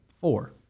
Four